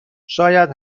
شاید